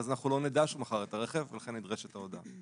אנחנו לא נדע שהוא מכר את הרכב ולכן נדרשת ההודעה.